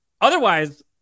otherwise